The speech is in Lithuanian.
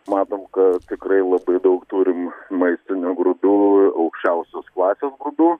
matom kad tikrai labai daug turim maistinių grūdų aukščiausios klasės grūdų